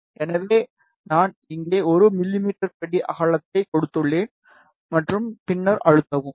எனவே நான் இங்கே 1 மிமீ படி அகலத்தை கொடுத்துள்ளேன் மற்றும் பின்னர் அழுத்தவும்